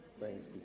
Thanks